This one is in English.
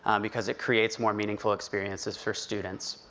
um because it creates more meaningful experiences for students.